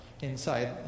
Inside